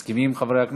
מסכימים, חברי הכנסת?